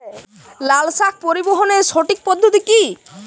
লালশাক পরিবহনের সঠিক পদ্ধতি কি?